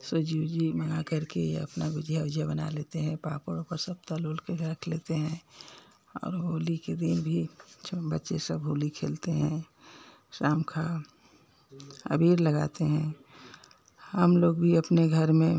सूजी ऊजी मंगा कर के अपना गुजिया ओझिया बना लेते हैं पापड़ ओपड़ सब तल ओल कर रख लेते हैं और होली के दिन भी अच्चों बच्चे सब होली खेलते हैं शाम का अबीर लगाते हैं हम लोग भी अपने घर में